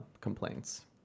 complaints